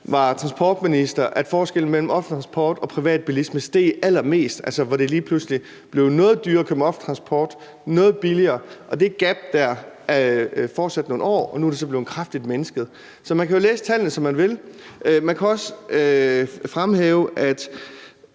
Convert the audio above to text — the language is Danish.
var transportminister, at forskellen mellem offentlig transport og privatbilisme steg allermest, altså hvor det lige pludselig blev noget dyrere at køre med offentlig transport og noget billigere at køre i bil. Det gab fortsatte nogle år, og nu er det så blevet kraftigt mindsket, så man kan jo læse tallene, som man vil. Man kan også fremhæve, at